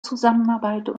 zusammenarbeit